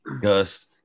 Gus